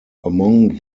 among